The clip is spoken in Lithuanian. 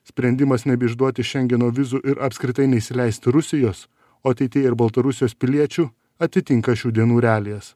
sprendimas nebeišduoti šengeno vizų ir apskritai neįsileist rusijos o ateityje ir baltarusijos piliečių atitinka šių dienų realijas